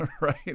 right